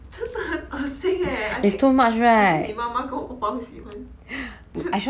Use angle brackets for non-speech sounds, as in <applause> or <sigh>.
真的很很恶心 eh I think I think 你妈妈跟我爸爸会喜欢 <coughs>